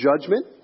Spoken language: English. judgment